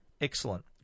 excellent